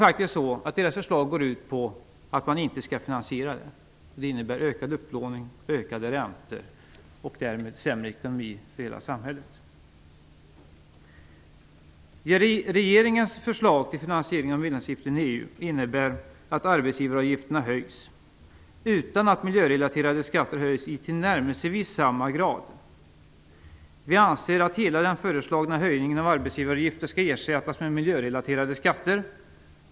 Borgerlighetens förslag går ut på att man inte skall finansiera den. Det innebär ökad upplåning, ökade räntor och därmed sämre ekonomi för hela samhället. Regeringens förslag till finansiering av medlemsavgiften till EU innebär att arbetsgivaravgifterna höjs utan att miljörelaterade skatter höjs i tillnärmelsevis samma grad. Vi anser att hela den föreslagna höjningen av arbetsgivaravgiften bör ersättas med miljörelaterade skatter.